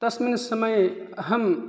तस्मिन् समये अहं